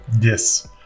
Yes